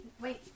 wait